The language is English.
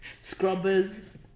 scrubbers